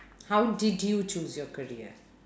how did you choose your career